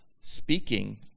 speaking